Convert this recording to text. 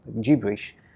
gibberish